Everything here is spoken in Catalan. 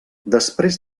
després